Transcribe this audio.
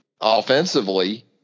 offensively